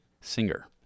Singer